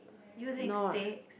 using stick